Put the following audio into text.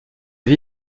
vie